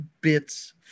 bits